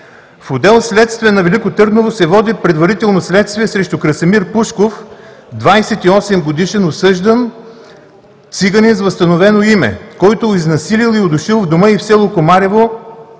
„В отдел „Следствие“ на Велико Търново се води предварително следствие срещу Красимир Пушков, 28-годишен, осъждан, циганин с възстановено име, който изнасилил и удушил в дома й в село Комарево